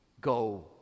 go